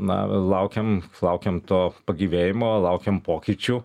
na laukiam laukiam to pagyvėjimo laukiam pokyčių